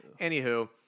Anywho